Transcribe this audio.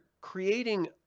creating